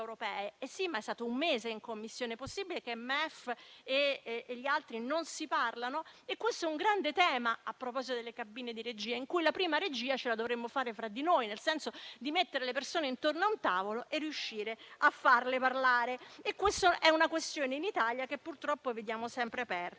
però è stato un mese in Commissione, possibile che il MEF e gli altri non si parlino? Questo è un grande tema - a proposito delle cabine di regia - in cui la prima regia la dovremmo fare fra di noi, nel senso di mettere le persone intorno a un tavolo e riuscire a farle parlare. In Italia purtroppo tale questione è sempre aperta.